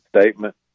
statement